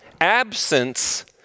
Absence